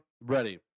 Ready